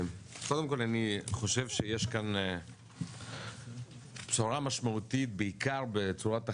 קודם כל אני חושב שיש כאן בשורה משמעותית בעיקר בצורת החשיבה,